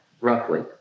roughly